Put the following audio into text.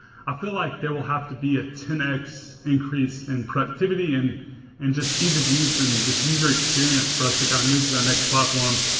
i feel like there will have to a ten x increase in productivity and and just ease of use and just user experience for us to kind of move to that next platform.